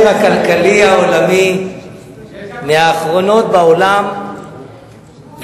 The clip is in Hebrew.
למשבר הכלכלי העולמי מהאחרונות בעולם,